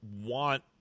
want